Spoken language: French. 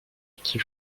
qui